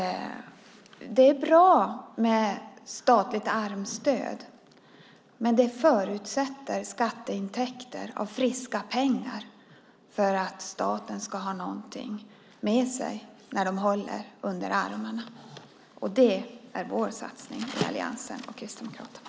Det är bra med statligt armstöd, men det förutsätter skatteintäkter och friska pengar, så att staten ska ha något med sig när den håller under armarna. Det är vår satsning i alliansen och Kristdemokraterna.